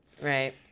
Right